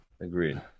Agreed